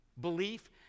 Belief